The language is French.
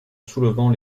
soulevant